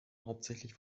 hauptsächlich